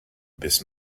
bis